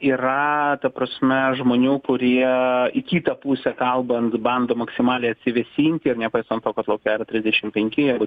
yra ta prasme žmonių kurie į kitą pusę kalbant bando maksimaliai atsivėsinti ir nepaisant to kad lauke ar trisdešim penki jeigu